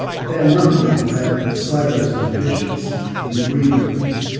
but they are nothing compared with the silos and divisions in the green movement.